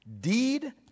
deed